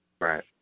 Right